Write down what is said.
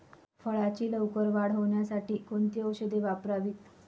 फळाची लवकर वाढ होण्यासाठी कोणती औषधे वापरावीत?